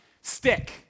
stick